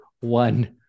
one